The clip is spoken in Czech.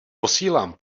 posílám